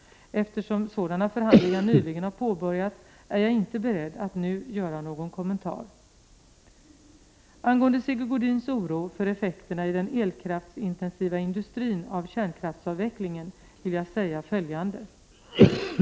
Eftersom sådana förhandlingar Om arbesmark: nyligen har påbörjats är jag inte beredd att nu göra någon kommentar. nadssifitätionen Angående Sigge Godins oro för effekterna i den elkraftsintensiva industrin =' Västernorrland av kärnkraftsavvecklingen vill jag säga följande.